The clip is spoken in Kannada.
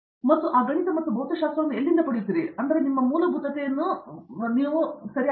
ದೀಪಾ ವೆಂಕಟೇಶ್ ಮತ್ತು ಆ ಗಣಿತ ಮತ್ತು ಭೌತಶಾಸ್ತ್ರವನ್ನು ಎಲ್ಲಿ ಪಡೆಯುತ್ತೀರಿ ನಿಮ್ಮ ಮೂಲಭೂತತೆಯನ್ನು ಪಡೆಯಬೇಕಾಗಿದೆ